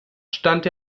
stand